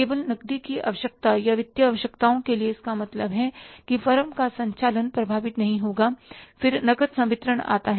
केवल नकदी की आवश्यकता या वित्तीय आवश्यकताओं के लिए इसका मतलब है फर्म का संचालन प्रभावित नहीं होगा फिर नकद संवितरण आता है